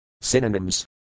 Synonyms